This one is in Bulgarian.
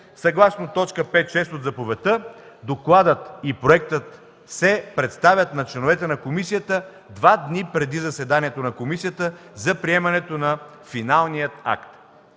Съгласно т. 5.6 от заповедта „Докладът и проектът се представят на членовете на комисията два дни преди заседанието на комисията за приемане на финалния акт”.